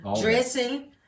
dressing